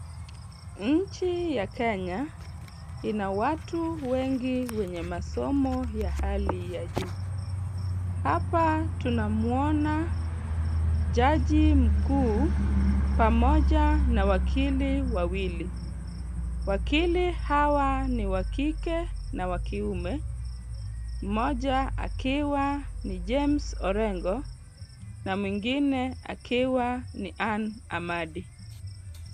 Nchi ya Kenya ina watu wengi wenye masomo ya hali ya juu. Hapa tunamuona jaji mkuu pamoja na wakili wawili. Wakili hawa ni wa kike na wa kiume, mmoja akiwa ni James Orengo na mwingine akiwa ni Anne Amadi.